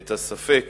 את הספק